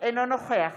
אינו נוכח